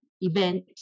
event